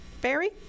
Barry